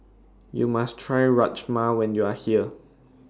YOU must Try Rajma when YOU Are here